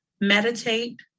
Meditate